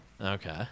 Okay